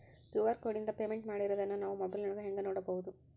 QR ಕೋಡಿಂದ payment ಮಾಡಿರೋದನ್ನ ನಾವು ಮೊಬೈಲಿನೊಳಗ ಹೆಂಗ ನೋಡಬಹುದು?